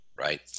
right